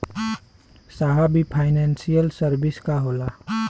साहब इ financial service का होला?